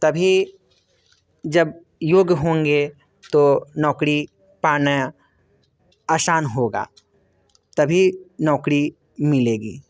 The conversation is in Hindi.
तभी जब योग्य होंगे तो नौकरी पाना आसान होगा तभी नौकरी मिलेगी